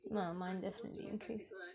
yeah mine definitely increased